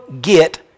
get